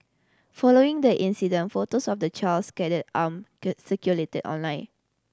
following the incident photos of the child's scalded arm circulated online